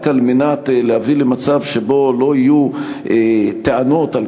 רק על מנת להביא למצב שבו לא יהיו טענות על